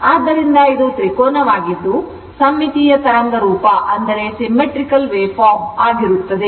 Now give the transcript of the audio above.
ಆದ್ದರಿಂದ ಇದು ತ್ರಿಕೋನವಾಗಿದ್ದು ಸಮ್ಮಿತೀಯ ತರಂಗ ರೂಪ ವಾಗಿರುತ್ತದೆ